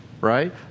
right